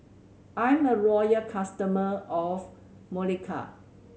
I'm a loyal customer of Molicare